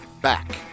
back